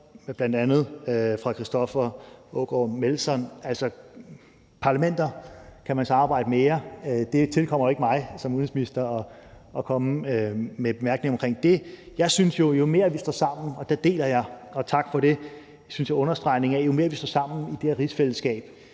det af bl.a. hr. Christoffer Aagaard Melson. Altså, som parlamenter kan man samarbejde mere, og det tilkommer ikke mig som udenrigsminister at komme med bemærkninger omkring det. Jeg synes jo, at jo mere vi står sammen – og der deler jeg, synes jeg, understregningen af det, og tak for det – i det her rigsfællesskab